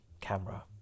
camera